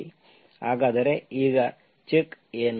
ಹಾಗಾದರೆ ಈಗ ಚೆಕ್ ಏನು